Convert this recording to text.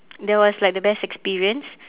that was like the best experience